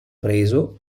preso